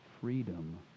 freedom